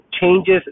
changes